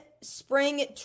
spring